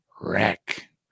wreck